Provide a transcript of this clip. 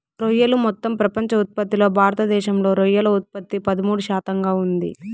రొయ్యలు మొత్తం ప్రపంచ ఉత్పత్తిలో భారతదేశంలో రొయ్యల ఉత్పత్తి పదమూడు శాతంగా ఉంది